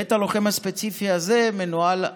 בית הלוחם הספציפי הזה מנוהל,